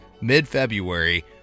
mid-February